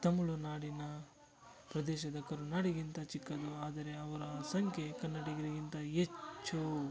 ತಮಿಳ್ನಾಡಿನ ಪ್ರದೇಶದ ಕನ್ನಾಡಿಗಿಂತ ಚಿಕ್ಕದು ಆದರೆ ಅವರ ಸಂಖ್ಯೆ ಕನ್ನಡಿಗರಿಗಿಂತ ಹೆಚ್ಚೂ